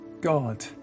God